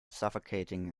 suffocating